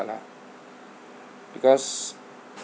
lah because